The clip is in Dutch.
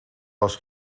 was